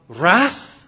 wrath